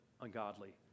ungodly